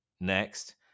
next